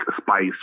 spice